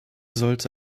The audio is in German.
sollte